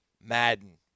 Madden